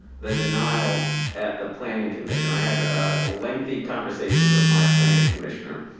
that denial at the planning commission. i had a lengthy conversations with my planning commissioner.